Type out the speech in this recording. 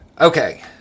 Okay